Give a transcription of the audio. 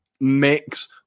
mix